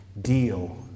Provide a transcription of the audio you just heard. deal